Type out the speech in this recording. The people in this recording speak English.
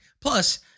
plus